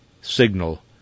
signal